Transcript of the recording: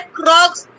crocs